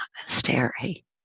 monastery